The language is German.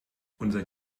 unser